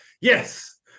yes